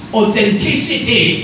authenticity